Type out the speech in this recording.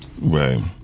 Right